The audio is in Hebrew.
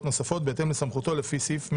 נוספות בהתאם לסמכותו לפי סעיף 112(ב)